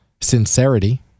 sincerity